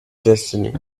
destiny